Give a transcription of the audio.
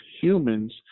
humans